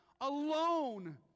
alone